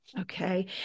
Okay